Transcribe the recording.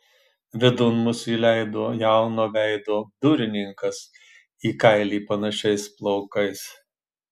vidun mus įleido jauno veido durininkas į kailį panašiais plaukais